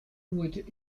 would